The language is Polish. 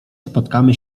spotkamy